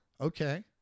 Okay